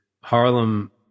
Harlem